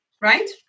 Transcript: Right